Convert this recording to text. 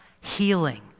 healing